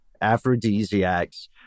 aphrodisiacs